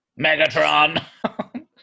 Megatron